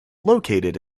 located